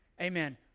Amen